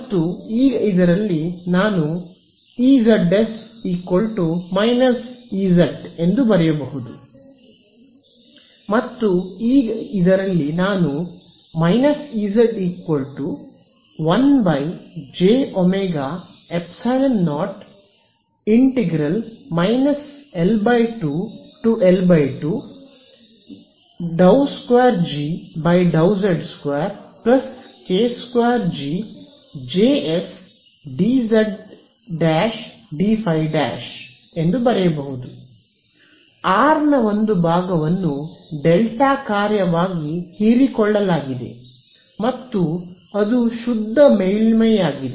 ಮತ್ತು ಈಗ ಇದರಲ್ಲಿ ನಾನು ಬರೆಯಬಹುದು Ezs−Ez ಮತ್ತು ಈಗ ಇದರಲ್ಲಿ ನಾನು −Ez1jωϵ0∮ L2∫L2 ∂2G∂z2k2GJsdz'dϕ' ಬರೆಯಬಹುದು R ನ ಒಂದು ಭಾಗವನ್ನು ಡೆಲ್ಟಾ ಕಾರ್ಯವಾಗಿ ಹೀರಿಕೊಳ್ಳಲಾಗಿದೆ ಮತ್ತು ಅದು ಶುದ್ಧ ಮೇಲ್ಮೈಯಾಗಿದೆ